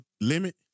limit